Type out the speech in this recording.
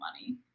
money